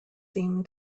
seem